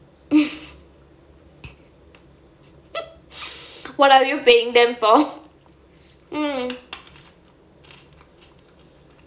what are you paying them for mm